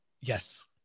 Yes